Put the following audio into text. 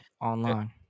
online